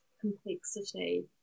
complexity